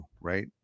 right